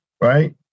right